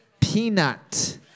Peanut